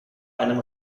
einem